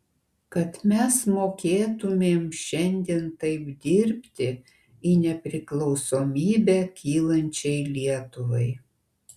kad mes mokėtumėm šiandien taip dirbti į nepriklausomybę kylančiai lietuvai